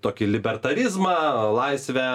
tokį libertarizmą laisvę